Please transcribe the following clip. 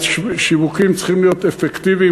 השיווקים צריכים להיות אפקטיביים,